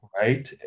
right